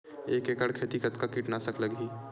एक एकड़ खेती कतका किट नाशक लगही?